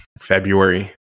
February